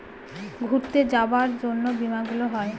ঘুরতে যাবার জন্য বীমা গুলো হয়